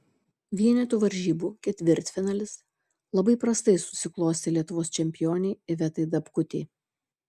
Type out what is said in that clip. vienetų varžybų ketvirtfinalis labai prastai susiklostė lietuvos čempionei ivetai dapkutei